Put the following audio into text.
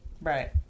Right